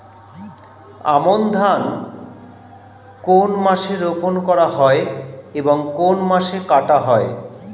আমন ধান কোন মাসে রোপণ করা হয় এবং কোন মাসে কাটা হয়?